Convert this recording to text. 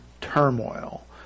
turmoil